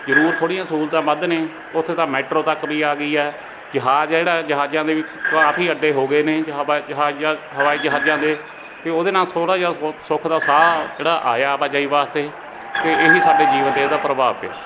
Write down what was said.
ਜ਼ਰੂਰ ਥੋੜ੍ਹੀਆਂ ਸਹੂਲਤਾਂ ਵੱਧ ਨੇ ਉੱਥੇ ਤਾਂ ਮੈਟਰੋ ਤੱਕ ਵੀ ਆ ਗਈ ਹੈ ਜਹਾਜ਼ ਜਿਹੜਾ ਜਹਾਜ਼ਾਂ ਦੇ ਵੀ ਕਾਫੀ ਅੱਡੇ ਹੋ ਗਏ ਨੇ ਜਾਂ ਹਵਾਈ ਜਹਾਜ਼ਾਂ ਹਵਾਈ ਜਹਾਜ਼ਾਂ ਦੇ ਅਤੇ ਉਹਦੇ ਨਾਲ ਥੋੜ੍ਹਾ ਜਿਹਾ ਸੁ ਸੁੱਖ ਦਾ ਸਾਹ ਜਿਹੜਾ ਆਇਆ ਆਵਾਜਾਈ ਵਾਸਤੇ ਅਤੇ ਇਹੀ ਸਾਡੇ ਜੀਵਨ 'ਤੇ ਇਹਦਾ ਪ੍ਰਭਾਵ ਪਿਆ